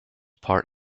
part